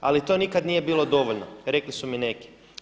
Ali to nikad nije bilo dovoljno rekli su mi neki.